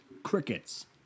crickets